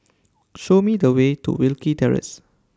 Show Me The Way to Wilkie Terrace